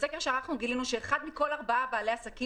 בסקר שערכנו גילינו שאחד מכל ארבעה בעלי עסקים